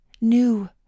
new